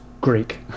Greek